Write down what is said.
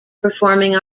performing